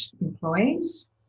employees